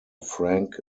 frank